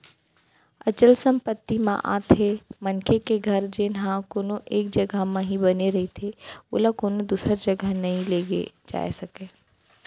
अचल संपत्ति म आथे मनखे के घर जेनहा कोनो एक जघा म ही बने रहिथे ओला कोनो दूसर जघा नइ लेगे जाय सकय